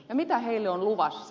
mitä heille on luvassa